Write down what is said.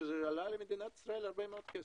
שעלה למדינת ישראל הרבה מאוד כסף.